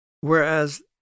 Whereas